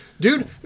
Dude